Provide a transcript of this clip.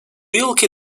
yılki